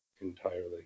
entirely